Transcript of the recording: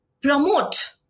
promote